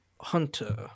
hunter